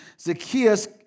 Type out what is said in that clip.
Zacchaeus